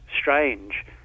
strange